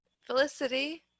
Felicity